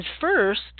first